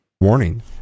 Warning